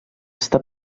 està